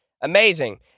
Amazing